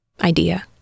idea